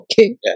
Okay